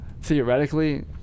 theoretically